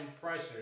pressure